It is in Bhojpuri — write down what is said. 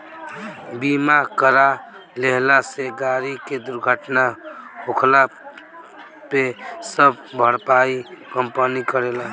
बीमा करा लेहला से गाड़ी के दुर्घटना होखला पे सब भरपाई कंपनी करेला